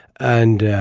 and.